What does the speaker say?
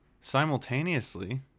simultaneously